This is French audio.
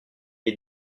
est